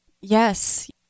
yes